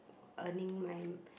earning my